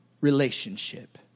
relationship